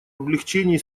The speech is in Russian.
облегчении